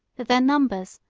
that their numbers,